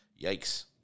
yikes